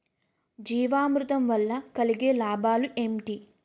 జీవామృతం వల్ల కలిగే లాభాలు ఏంటి?